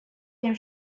dem